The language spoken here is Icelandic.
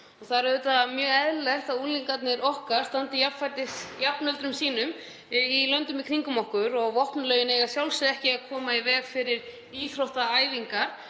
Það er auðvitað mjög eðlilegt að unglingarnir okkar standi jafnfætis jafnöldrum sínum í löndunum í kringum okkur. Vopnalögin eiga að sjálfsögðu ekki að koma í veg fyrir íþróttaæfingar